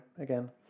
again